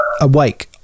awake